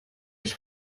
ich